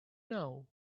now